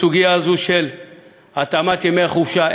בסוגיה זו של התאמת ימי החופשה,